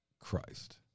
Christ